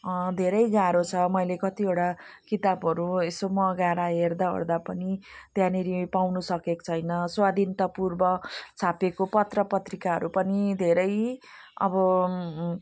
धेरै गाह्रो छ मैले कतिवटा कितापहरू यसो मगाएर हेर्दाओर्दा पनि त्यहाँनेरि पाउनु सकेको छैन स्वाधीनतापूर्व छापिएको पत्रपत्रिकाहरू पनि धेरै अब